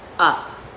up